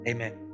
Amen